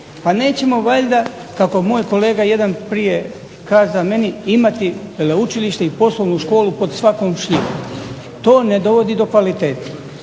Pa nećemo valjda, kako moj kolega jedan prije kaza meni, imati veleučilište i poslovnu školu pod svakom šljivom. To ne dovodi do kvalitete.